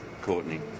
Courtney